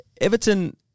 Everton